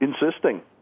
insisting